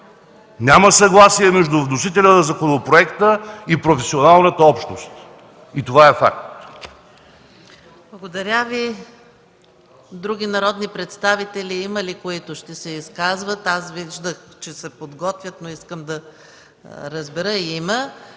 Няма съгласие между вносителя на законопроекта и професионалната общност. Това е факт.